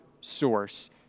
source